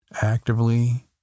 actively